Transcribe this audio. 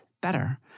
better